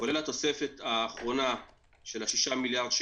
כולל התוספת האחרונה של 6 מיליארד,